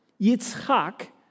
Yitzchak